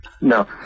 No